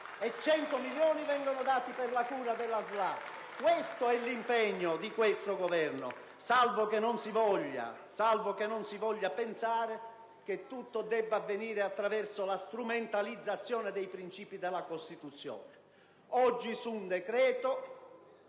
e 100 milioni vengono dati per la cura della SLA. *(Applausi dai Gruppi PdL e LNP).* Questo è l'impegno di questo Governo! Salvo che non si voglia pensare che tutto debba avvenire attraverso la strumentalizzazione dei principi della Costituzione, oggi su un decreto,